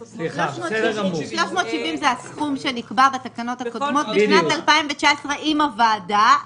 זה הסכום שנקבע בתקנות הקודמות בשנת 2019 עם הוועדה,